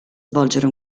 svolgere